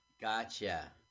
Gotcha